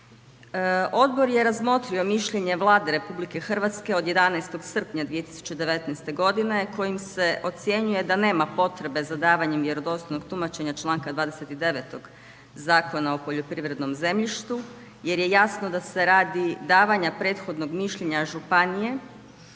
Odbor je razmotrio mišljenje Vlade RH od 11. srpnja 2019. godine kojim se ocjenjuje da nema potrebe za davanjem vjerodostojnog tumačenja članka 29. Zakona o poljoprivrednom zemljištu jer je jasno da se radi davanja prethodnog mišljenja županije